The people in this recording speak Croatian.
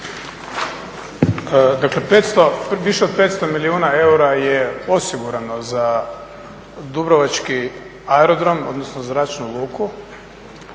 Dakle više od 500 milijuna eura je osigurano za Dubrovački aerodrom odnosno zračnu luku,